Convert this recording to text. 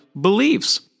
beliefs